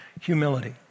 Humility